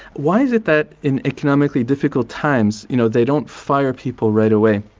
why is it that in economically difficult times, you know, they don't fire people right away,